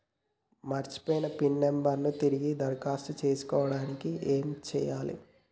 మర్చిపోయిన pin number ను తిరిగి దరఖాస్తు చేసుకోవడానికి ఏమి చేయాలే?